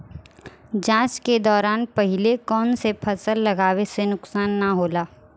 जाँच के दौरान पहिले कौन से फसल लगावे से नुकसान न होला?